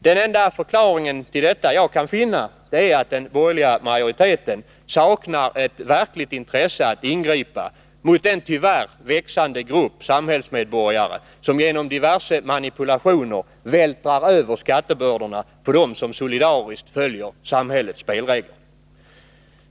Den enda förklaring till detta som jag kan finna är att den borgerliga majoriteten saknar ett verkligt intresse för att ingripa mot en tyvärr växande grupp samhällsmedborgare som genom diverse manipulationer vältrar över skattebördorna på dem som solidariskt följer samhällets spelregler.